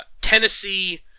Tennessee